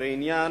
בעניין